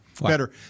Better